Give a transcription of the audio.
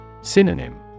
Synonym